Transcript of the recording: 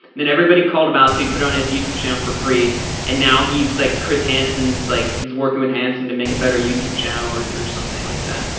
then everybody called him out so he put it on his youtube channel for free and now he's, like, chris hansen's, like, he's working with hansen to make a better youtube channel or something like that.